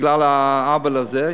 בגלל העוול הזה.